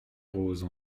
roses